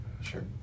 Sure